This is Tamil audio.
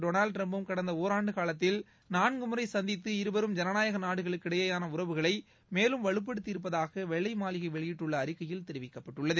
டொனாஸ்ட் டிரம்ப்பும் கடந்த ஒராண்டு காலத்தில் நான்கு முறை சந்தித்து இருபெரும் ஜனநாயக நாடுகளுக்கிடையேயான உறவுகளை மேலும் வலுப்படுத்தி இருப்பதாக வெள்ளை மாளிகை வெளியிட்ட அறிக்கையில் தெரிவிக்கப்பட்டுள்ளது